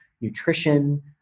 nutrition